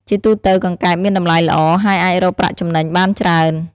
ជាទូទៅ កង្កែបមានតម្លៃល្អ ហើយអាចរកប្រាក់ចំណេញបានច្រើន។